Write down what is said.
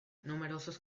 numerosas